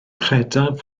credaf